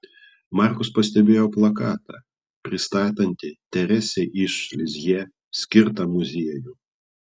markus pastebėjo plakatą pristatantį teresei iš lizjė skirtą muziejų